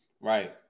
Right